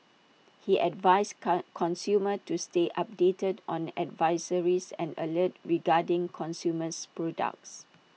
he advised con consumers to stay updated on advisories and alerts regarding consumers products